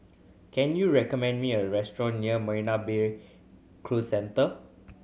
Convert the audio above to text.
can you recommend me a restaurant near Marina Bay Cruise Centre